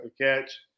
catch